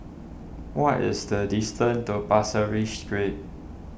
what is the distance to Pasir Ris Street